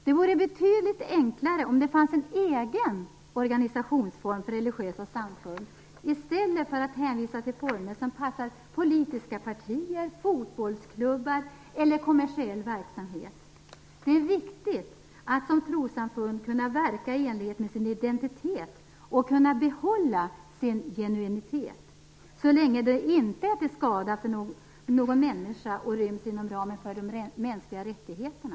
Det vore betydligt enklare om det fanns en egen organisatonsform för religiösa samfund i stället för att hänvisa till former som passar politiska partier, fotbollsklubbar eller kommersiell verksamhet. Det är viktigt att som trossamfund kunna verka i enlighet med sin identitet och kunna behålla sin genuinitet, så länge det inte är till skada för någon människa och ryms inom ramen för de mänskliga rättigheterna.